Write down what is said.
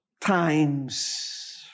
times